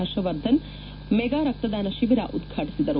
Harshvardhan mega ರಕ್ತದಾನ ಶಿಬಿರ ಉದ್ವಾಟಿಸಿದರು